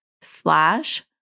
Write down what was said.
slash